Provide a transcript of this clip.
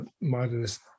modernist